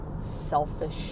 selfish